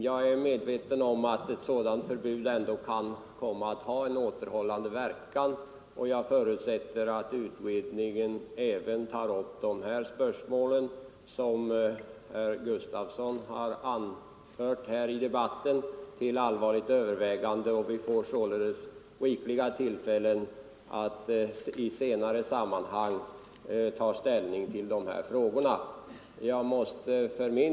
Jag är medveten om att ett sådant förbud ändå kan ha en återhållande verkan, och jag förutsätter att utredningen allvarligt överväger de spörsmål som herr Gustafsson i Stockholm har tagit upp i debatten. Vi får således tillfälle att i senare sammanhang ta ställning till dessa frågor.